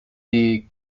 die